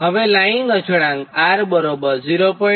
હવે લાઇન અચળાંક R0